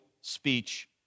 speech